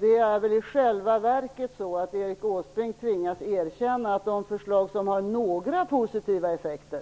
Det är väl i själva verket så att Erik Åsbrink tvingas erkänna att de förslag som har några positiva effekter